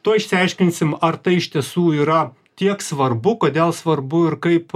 tuoj išsiaiškinsim ar tai iš tiesų yra tiek svarbu kodėl svarbu ir kaip